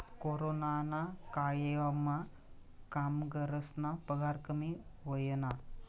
कोरोनाना कायमा कामगरस्ना पगार कमी व्हयना